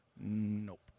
Nope